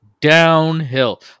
downhill